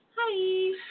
Hi